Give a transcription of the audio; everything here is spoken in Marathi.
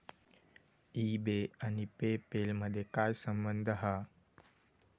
ई बे आणि पे पेल मधे काय संबंध हा?